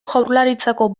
jaurlaritzako